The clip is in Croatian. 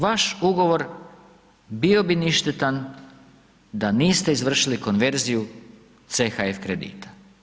Vaš ugovor bio bi ništetan da niste izvršili konverziju CHF kredita.